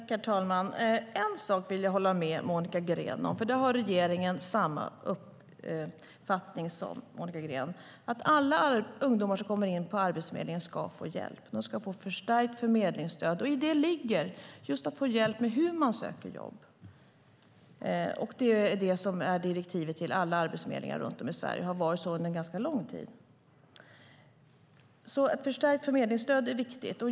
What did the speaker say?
Herr talman! En sak kan jag hålla med Monica Green om, för där har regeringen samma uppfattning: Alla ungdomar som kommer in på Arbetsförmedlingen ska få hjälp. De ska få förstärkt förmedlingsstöd. I detta ligger just att få hjälp med hur man söker jobb. Det är detta som är direktivet till alla arbetsförmedlingar runt om i Sverige, och så har det varit under ganska lång tid. Ett förstärkt förmedlingsskydd är viktigt.